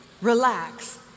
relax